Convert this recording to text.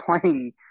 playing